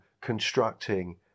constructing